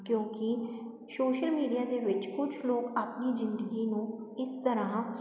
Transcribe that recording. ਕਿਉਂਕਿ social media ਦੇ ਵਿੱਚ ਕੁਛ ਲੋਕ ਆਪਣੀ ਜ਼ਿੰਦਗੀ ਨੂੰ ਇਸ ਤਰ੍ਹਾਂ